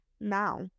Now